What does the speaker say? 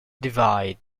divide